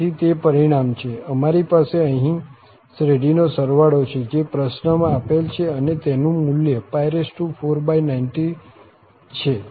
તેથી તે પરિણામ છે અમારી પાસે અહીં શ્રેઢીનો સરવાળો છે જે પ્રશ્નમાં આપેલ છે અને તેનું મૂલ્ય 490 છે